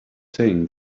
saying